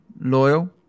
loyal